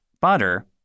butter